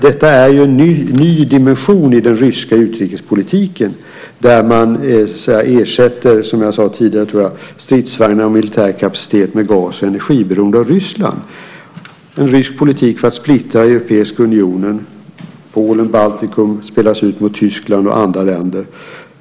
Det är en ny dimension i den ryska utrikespolitiken att man ersätter, som jag väl tidigare sagt, stridsvagnar och militär kapacitet med ett gas och energiberoende av Ryssland - en rysk politik för att splittra Europeiska unionen. Polen och Baltikum spelas ut mot Tyskland och andra länder.